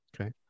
Okay